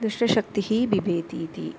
दुष्टशक्तिः बिभेति इति